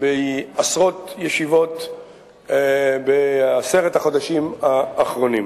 בעשרות ישיבות בעשרת החודשים האחרונים.